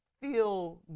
feel